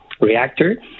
reactor